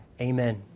Amen